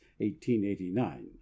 1889